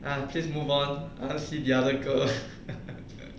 eh please move on I want to see the other girl